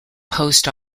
post